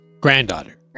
Granddaughter